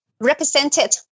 represented